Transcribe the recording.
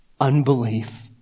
unbelief